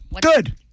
Good